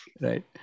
right